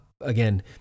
Again